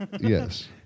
Yes